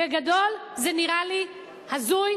בגדול זה נראה לי הזוי,